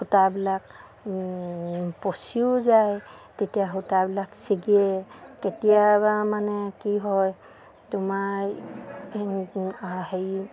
সূতাবিলাক পচিও যায় তেতিয়া সূতাবিলাক ছিগে কেতিয়াবা মানে কি হয় তোমাৰ হেৰি